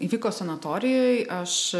įvyko sanatorijoj aš